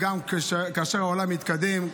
כאשר העולם התקדם,